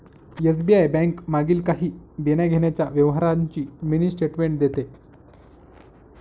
SBI bank मागील काही देण्याघेण्याच्या व्यवहारांची मिनी स्टेटमेंट देते